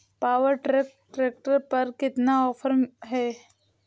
Power track tractor पर कितना offer है?